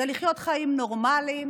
זה לחיות חיים נורמליים,